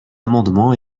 amendement